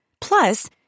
Plus